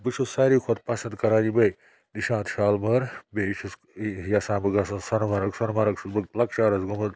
بہٕ چھُس ساروی کھۄتہٕ پَسَنٛد کَران یِمٕے نِشاط شالمٲر بیٚیہِ چھُس یَژھان بہٕ گَژھان سۄنہٕ مَرگ سۄنہٕ مَرگ چھُس بہٕ لۄکچارَس گوٚمُت